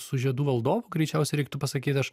su žiedų valdovu greičiausiai reiktų pasakyt aš